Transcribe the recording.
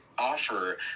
offer